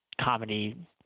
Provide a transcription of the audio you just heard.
comedy